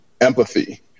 empathy